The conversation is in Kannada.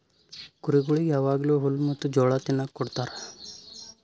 ಕುರಿಗೊಳಿಗ್ ಯಾವಾಗ್ಲೂ ಹುಲ್ಲ ಮತ್ತ್ ಜೋಳ ತಿನುಕ್ ಕೊಡ್ತಾರ